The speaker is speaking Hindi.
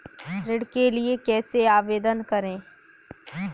ऋण के लिए कैसे आवेदन करें?